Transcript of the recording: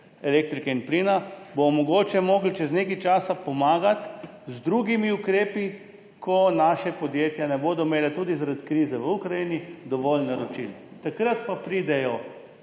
elektrike in plina, bomo mogoče morali čez nekaj časa pomagati z drugimi ukrepi, ko naša podjetja ne bodo imela tudi zaradi krize v Ukrajini dovolj naročil. Takrat pa pridejo,